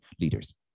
leaders